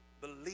believe